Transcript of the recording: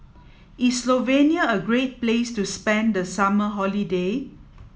is Slovenia a great place to spend the summer holiday